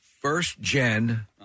first-gen